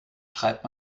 schreibt